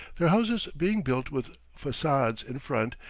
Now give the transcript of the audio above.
their houses being built with facades in front,